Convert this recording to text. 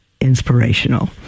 inspirational